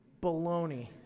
Baloney